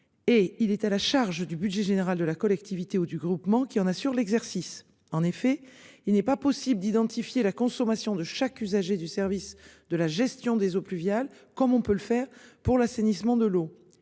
Et il est à la charge du budget général de la collectivité ou du groupement qui en assure l'exercice en effet il n'est pas possible d'identifier la consommation de chaque usager du service de la gestion des eaux pluviales comme on peut le faire pour l'assainissement de l'eau